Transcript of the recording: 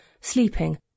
sleeping